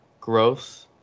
growth